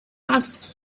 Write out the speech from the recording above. passed